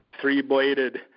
three-bladed